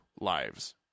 lives